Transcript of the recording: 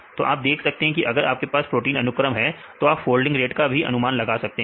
तो आप देख सकते हैं की अगर आपके पास प्रोटीन अनुक्रम है तो क्या आप फोल्डिंग रेट का अनुमान लगा सकते हैं